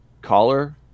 Caller